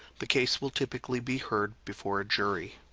the case will typically be heard before a jury.